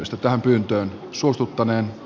puhemiesneuvosto puoltaa pyyntöä